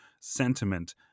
sentiment